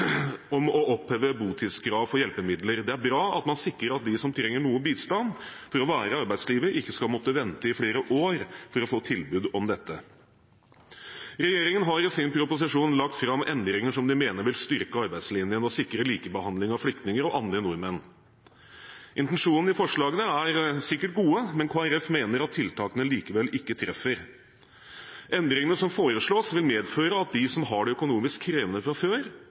om å oppheve botidskrav for hjelpemidler. Det er bra at man sikrer at de som trenger noe bistand for å være i arbeidslivet, ikke skal måtte vente i flere år for å få tilbud om dette. Regjeringen har i sin proposisjon lagt fram forslag til endringer de mener vil styrke arbeidslinjen og sikre likebehandling av flyktninger og andre nordmenn. Intensjonen i forslagene er sikkert god, men Kristelig Folkeparti mener at tiltakene likevel ikke treffer. Endringene som foreslås, vil medføre at de som har det økonomisk krevende fra før,